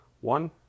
One